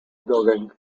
building